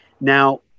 Now